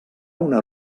una